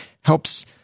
helps